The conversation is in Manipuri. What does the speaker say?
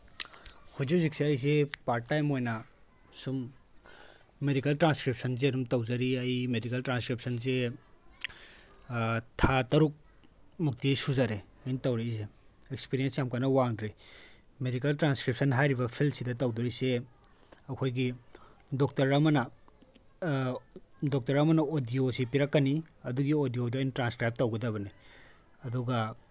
ꯍꯧꯖꯤꯛ ꯍꯧꯖꯤꯛꯁꯦ ꯑꯩꯁꯦ ꯄꯥꯔꯠ ꯇꯥꯏꯝ ꯑꯣꯏꯅ ꯁꯨꯝ ꯃꯦꯗꯤꯀꯦꯜ ꯇ꯭ꯔꯥꯟꯁꯀ꯭ꯔꯤꯞꯁꯟꯁꯦ ꯑꯗꯨꯝ ꯇꯧꯖꯔꯤ ꯑꯩ ꯃꯦꯗꯤꯀꯦꯜ ꯇ꯭ꯔꯥꯟꯁꯀ꯭ꯔꯤꯞꯁꯟꯁꯦ ꯊꯥ ꯇꯔꯨꯛ ꯃꯨꯛꯇꯤ ꯁꯨꯖꯔꯦ ꯑꯩꯅ ꯇꯧꯔꯛꯏꯁꯦ ꯑꯦꯛꯁꯄꯔꯤꯌꯦꯟꯁ ꯌꯥꯝ ꯀꯟꯅ ꯋꯥꯡꯗ꯭ꯔꯤ ꯃꯦꯗꯤꯀꯦꯜ ꯇ꯭ꯔꯥꯟꯁꯀ꯭ꯔꯤꯞꯁꯟ ꯍꯥꯏꯔꯤꯕ ꯐꯤꯜꯁꯤꯗ ꯇꯧꯗꯣꯔꯤꯁꯦ ꯑꯩꯈꯣꯏꯒꯤ ꯗꯣꯛꯇꯔ ꯑꯃꯅ ꯗꯣꯛꯇꯔ ꯑꯃꯅ ꯑꯣꯗꯤꯑꯣꯁꯦ ꯄꯤꯔꯛꯀꯅꯤ ꯑꯗꯨꯒꯤ ꯑꯣꯗꯤꯑꯣꯗꯣ ꯑꯩꯅ ꯇ꯭ꯔꯥꯟꯁꯀ꯭ꯔꯥꯏꯞ ꯇꯧꯒꯗꯕꯅꯦ ꯑꯗꯨꯒ